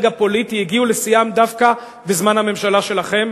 הפוליטי הגיעו לשיאן דווקא בזמן הממשלה שלכם.